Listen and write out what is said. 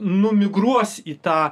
numigruos į tą